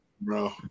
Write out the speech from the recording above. bro